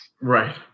Right